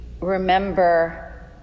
remember